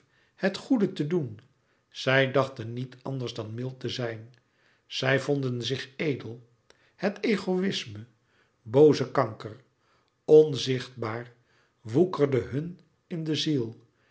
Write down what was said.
het goede te doen zij dachten niet anders louis couperus metamorfoze dan mild te zijn zij vonden zich edel het egoïsme booze kanker onzichtbaar woekerde hun in de ziel